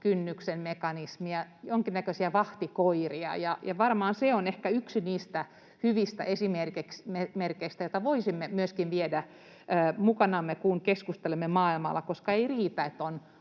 kynnyksen mekanismeja, jonkinnäköisiä ”vahtikoiria”, ja varmaan se on ehkä yksi niistä hyvistä esimerkeistä, joita voisimme myöskin viedä mukanamme, kun keskustelemme maailmalla, koska ei riitä, että on